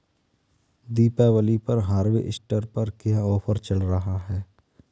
दीपावली पर हार्वेस्टर पर क्या ऑफर चल रहा है?